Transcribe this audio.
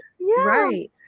right